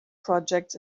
projects